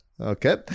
Okay